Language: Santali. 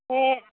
ᱦᱮᱸ